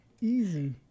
Easy